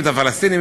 את הפלסטינים,